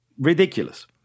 Ridiculous